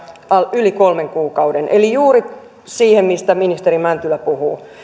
yli kolmen kuukauden eli juuri siihen mistä ministeri mäntylä puhuu